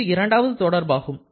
இது இரண்டாவது தொடர்பாகும்